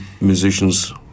musicians